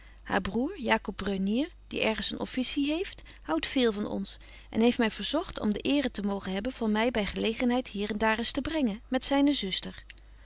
haar broêr jacob brunier die ergens een officie heeft houdt veel van ons en heeft my verzogt om de eere te mogen hebben van my by gelegenheid hier en daar eens te brengen met zyne zuster